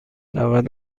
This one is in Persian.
نود